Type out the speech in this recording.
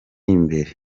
imbere